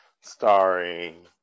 starring